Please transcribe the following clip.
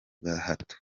gahato